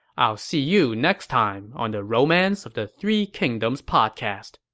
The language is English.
i'll see you next time on the romance of the three kingdoms podcast.